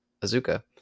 Azuka